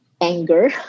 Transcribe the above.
Anger